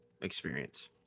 experience